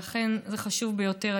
אכן, זה חשוב ביותר.